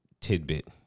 tidbit